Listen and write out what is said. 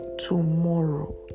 tomorrow